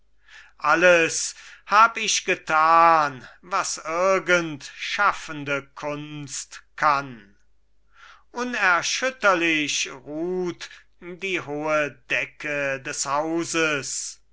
alles hab ich getan was irgend schaffende kunst kann unerschütterlich ruht die hohe decke des hauses